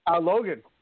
Logan